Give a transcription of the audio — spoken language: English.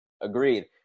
Agreed